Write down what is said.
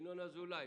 ינון אזולאי,